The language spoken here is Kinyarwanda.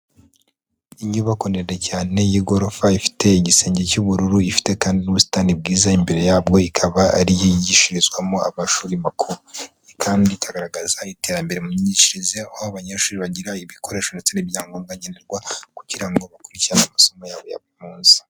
Inyubako ndende cyane y'igorofa ifite igisenge cy'ubururu ifite kandi n'ubusitani bwiza imbere yabwo ikaba ari igishirizwamo amashuri makuru kandi i ikagaragaza iterambere mu myigishirize aho abanyeshuri bagira ibikoresho ndetse n'ibyangombwa nkenerwa kugira ngo bakurikirane amasomo yabo ya buri munsi.